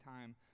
time